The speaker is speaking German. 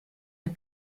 der